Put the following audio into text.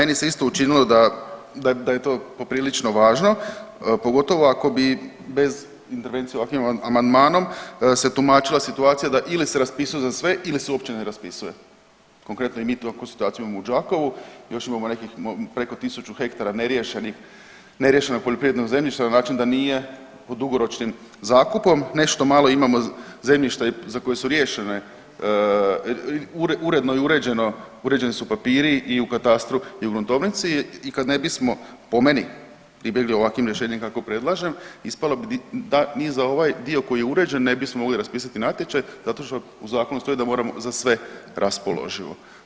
Pa da, meni se isto učinilo da, da je, da je to poprilično važno pogotovo ako bi bez intervencije ovakvim amandmanom se tumačila situacija da ili se raspisuje za sve ili se uopće ne raspisuje, konkretno i mi takvu situaciju imamo u Đakovu, još imamo nekih preko 1000 hektara neriješenih, neriješenog poljoprivrednog zemljišta na način da nije pod dugoročnim zakupom, nešto malo imamo zemljišta i za koje su riješene, uredno je uređeno, uređeni su papiri i u katastru i u gruntovnici i kad ne bismo po meni … [[Govornik se ne razumije]] ovakvim rješenjem kakvo predlažem ispalo bi da mi za ovaj dio koji je uređen ne bismo mogli raspisati natječaj zato što u zakonu stoji da moramo za sve raspoloživo.